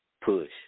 push